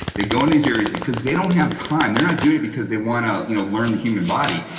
they go in these areas because they don't have time, they're not doing it because they want to you know learn the human body.